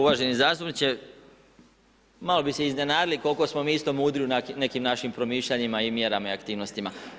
Uvaženi zastupniče, malo bi se iznenadili koliko smo isto mudri u neki način promišljanjima i mjerama i aktivnostima.